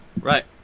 Right